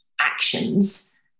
actions